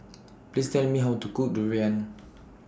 Please Tell Me How to Cook Durian